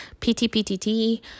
PTPTT